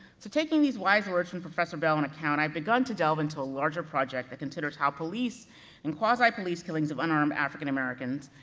so taking these wise words from professor bell in account, i've begun to delve into a larger project that considers how police and quasi-police killings of unarmed african americans,